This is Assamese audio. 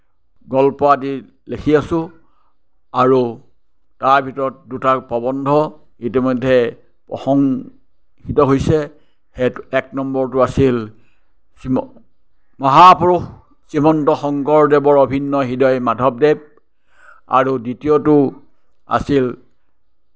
গল্প আদি লেখি আছোঁ আৰু তাৰ ভিতৰত দুটা প্ৰবন্ধ ইতিমধ্যে প্ৰসংশিত হৈছে এক নম্বৰটো আছিল মহাপুৰুষ শ্ৰীমন্ত শংকৰদেৱৰ অভিন্ন হৃদয় মাধৱদেৱ আৰু দ্বিতীয়টো আছিল